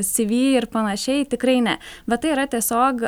cv ir panašiai tikrai ne bet tai yra tiesiog